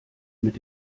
mit